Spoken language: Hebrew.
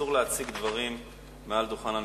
אסור להציג דברים מעל דוכן הנואמים.